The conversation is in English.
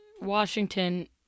Washington